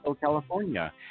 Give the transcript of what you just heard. California